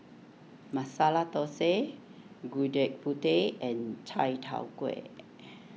Masala Thosai Gudeg Putih and Chai Tow Kway